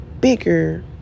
bigger